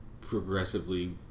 progressively